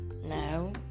No